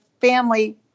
family